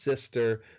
sister